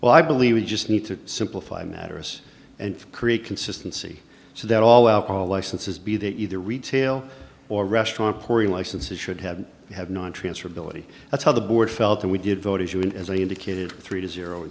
well i believe we just need to simplify matters and create consistency so that all our licenses be they either retail or restaurant pouri licenses should have had non transferability that's how the board felt and we did vote as you and as i indicated three to zero